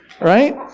Right